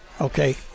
okay